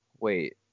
wait